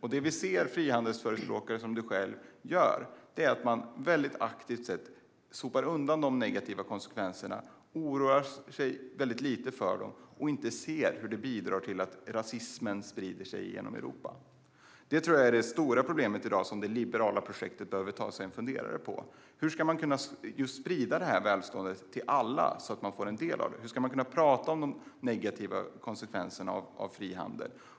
Vi ser att frihandelsförespråkare som du aktivt sopar undan de negativa konsekvenserna, oroar sig väldigt lite för dem och inte ser hur de bidrar till att rasismen sprider sig genom Europa. Detta tror jag är det stora problemet i dag, och det behöver det liberala projektet ta sig en funderare på. Hur ska man kunna sprida välståndet så att alla får del av det? Hur ska man kunna prata om de negativa konsekvenserna av frihandel?